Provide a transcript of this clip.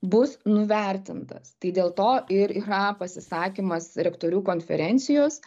bus nuvertintas tai dėl to ir yra pasisakymas rektorių konferencijos